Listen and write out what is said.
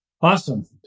Awesome